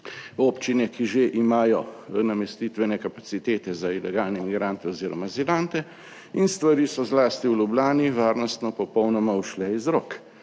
občine, ki že imajo namestitvene kapacitete za ilegalne migrante oziroma azilante in stvari so, zlasti v Ljubljani, varnostno popolnoma ušle iz rok.